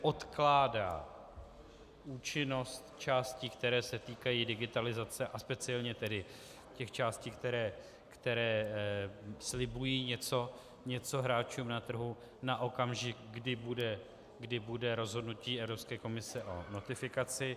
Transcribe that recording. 6279 odkládá účinnost částí, které se týkají digitalizace, a speciálně tedy těch částí, které slibují něco hráčům na trhu, na okamžik, kdy bude rozhodnutí Evropské komise o notifikaci.